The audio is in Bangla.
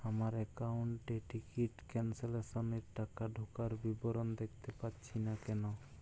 আমার একাউন্ট এ টিকিট ক্যান্সেলেশন এর টাকা ঢোকার বিবরণ দেখতে পাচ্ছি না কেন?